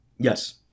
Yes